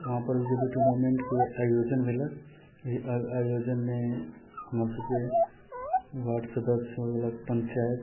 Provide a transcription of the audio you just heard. वहाँपर जे भी टूर्नामेन्टके आयोजन भेलक ओहि आयोजनमे हमरसबके वार्ड सदस्य हो गेलै पञ्चायत